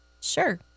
Sure